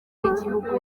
y’igihugu